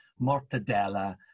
mortadella